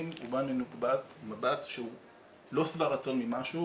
הוא בא מנקודת מבט שהוא לא שבע רצון ממשהו,